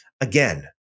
again